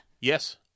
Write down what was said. Yes